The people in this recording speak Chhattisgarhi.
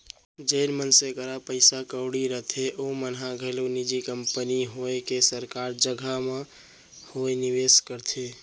जेन मनसे करा पइसा कउड़ी रथे ओमन ह घलौ निजी कंपनी होवय के सरकारी जघा म होवय निवेस करथे